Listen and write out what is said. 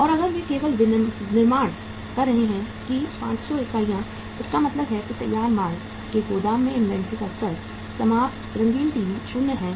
और अगर वे केवल निर्माण कर रहे हैं कि 500 इकाइयां इसका मतलब है कि तैयार माल के गोदाम में इन्वेंट्री का स्तर समाप्त रंगीन टीवी 0 है